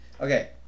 Okay